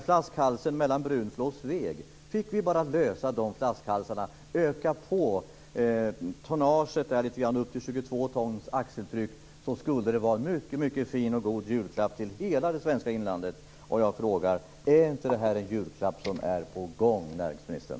Fick vi bara de flaskhalsarna lösta och kunde öka på tonnaget upp till 22 ton axeltryck skulle det vara en väldigt fin och god julklapp för hela det svenska inlandet. Är inte en julklapp på gång, näringsministern?